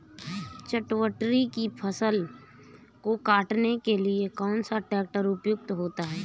चटवटरी की फसल को काटने के लिए कौन सा ट्रैक्टर उपयुक्त होता है?